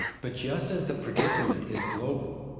but just as the predicament is global,